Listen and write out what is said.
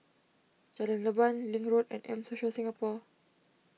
Jalan Leban Link Road and M Social Singapore